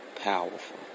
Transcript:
powerful